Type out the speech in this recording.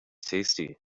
tasty